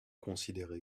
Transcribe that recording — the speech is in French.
considéré